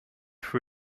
for